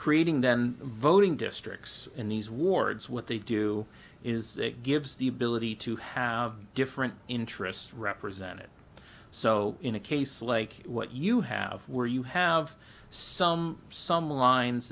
creating then voting districts in these wards what they do is it gives the ability to have different interests represented so in a case like what you have where you have some some lines